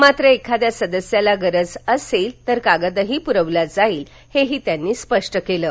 मात्र एखाद्या सदस्याला गरज असेल तर कागदही पुरवला जाईल हे ही त्यांनी स्पष्ट केलं आहे